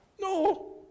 no